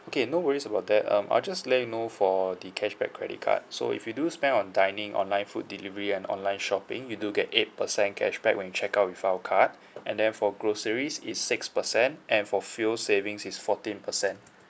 okay no worries about that um I'll just let you know for the cashback credit card so if you do spend on dining online food delivery and online shopping you do get eight percent cashback when you check out with our card and then for groceries it's six percent and for fuel savings it's fourteen percent